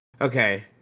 okay